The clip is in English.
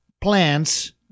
plants